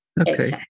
Okay